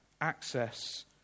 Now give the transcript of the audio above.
access